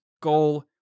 goal